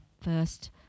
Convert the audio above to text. first